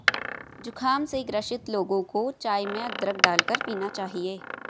जुखाम से ग्रसित लोगों को चाय में अदरक डालकर पीना चाहिए